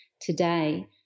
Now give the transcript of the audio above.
today